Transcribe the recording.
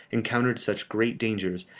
encountered such great dangers,